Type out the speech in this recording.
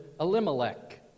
Elimelech